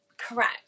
correct